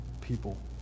people